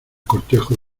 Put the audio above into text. cortejo